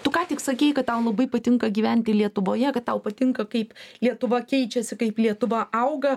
tu ką tik sakei kad tau labai patinka gyventi lietuvoje kad tau patinka kaip lietuva keičiasi kaip lietuva auga